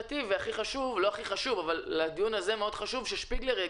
לדיון הזה חשוב מאוד שמאיר שפיגלר,